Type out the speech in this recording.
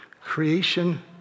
creation